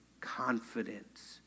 confidence